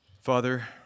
Father